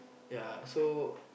ya so